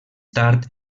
tard